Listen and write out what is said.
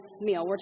meal